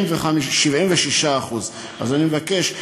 76%. אז אני מבקש,